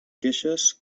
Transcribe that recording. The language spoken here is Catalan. queixes